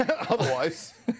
Otherwise